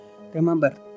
Remember